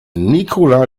nicola